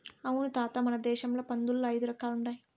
అవును తాత మన దేశంల పందుల్ల ఐదు రకాలుండాయి